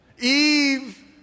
Eve